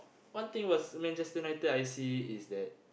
one thing was Manchester-United I see is that